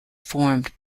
formed